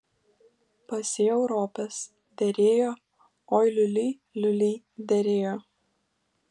pasėjau ropes derėjo oi liuli liuli derėjo